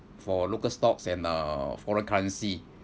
for local stocks and uh foreign currency